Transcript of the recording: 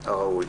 הראוי.